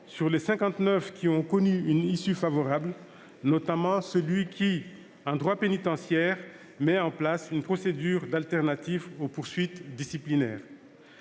qui ont connu une issue favorable, notamment celui qui, en droit pénitentiaire, vise à mettre en place une procédure d'alternative aux poursuites disciplinaires.